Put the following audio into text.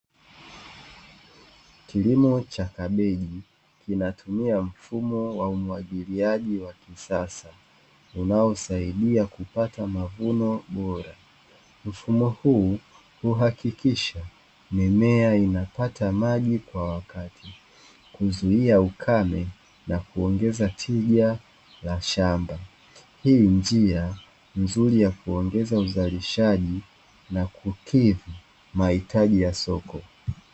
Kilimo cha kabichi kinatumia mfumo wa umwagiliaji wa kisasa unao saidia kupata mavuno bora, mfumo huu huhakikisha mimea inapata maji kwa wakati, kuzuia ukame na kuongeza tija ya shamba hii njia nzuri ya kuongeza uzarishaji na kukidhi mahitaji ya soko.